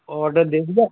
order दे दिया